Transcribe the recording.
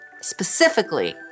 specifically